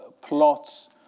plots